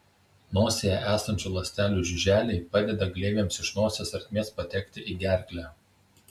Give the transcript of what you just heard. nosyje esančių ląstelių žiuželiai padeda gleivėms iš nosies ertmės patekti į gerklę